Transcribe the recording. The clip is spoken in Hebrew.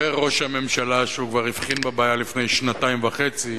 אומר ראש הממשלה שהוא כבר הבחין בבעיה לפני שנתיים וחצי.